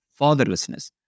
fatherlessness